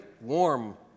warm